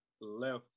left